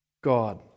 God